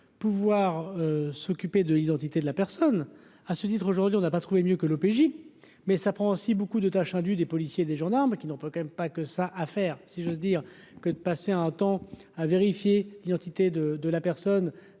pouvoir s'occuper de l'identité de la personne, à ce titre aujourd'hui, on n'a pas trouvé mieux que l'OPJ. Mais ça prend aussi beaucoup de tâches indues des policiers, des gendarmes qui n'ont pas quand même pas que ça à faire, si j'ose dire que de passer un temps à vérifier l'identité de de la personne